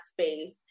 space